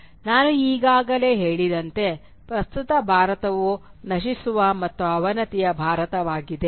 ಈಗ ನಾನು ಹೇಳಿದಂತೆ ಪ್ರಸ್ತುತ ಭಾರತವು ನಶಿಸುವ ಮತ್ತು ಅವನತಿಯ ಭಾರತವಾಗಿದೆ